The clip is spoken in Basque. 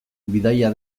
bidaia